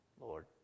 Lord